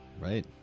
Right